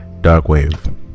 Darkwave